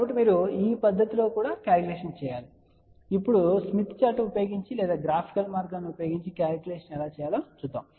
కాబట్టి మీరు ఈ పద్ధతిలో కాలిక్యులేషన్ చేయాలి ఇప్పుడు స్మిత్ చార్ట్ ఉపయోగించి లేదా గ్రాఫికల్ మార్గాన్ని ఉపయోగించి క్యాలిక్యులేషన్ ఎలా చేయాలో మీకు చెప్తాను